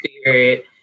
spirit